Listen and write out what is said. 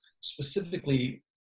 specifically